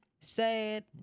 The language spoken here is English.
Sad